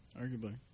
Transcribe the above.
Arguably